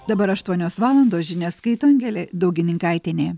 dabar aštuonios valandos žinias skaito angelė daugininkaitienė